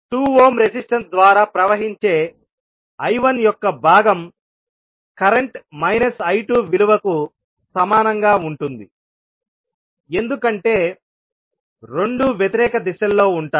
2 ohm resistance ద్వారా ప్రవహించే I1 యొక్క భాగం కరెంట్ I2 విలువకు సమానంగా ఉంటుంది ఎందుకంటే రెండూ వ్యతిరేక దిశల్లో ఉంటాయి